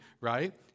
right